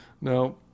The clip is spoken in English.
Now